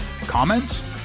Comments